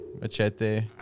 Machete